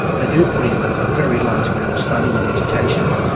they do put in a very large amount of study and education,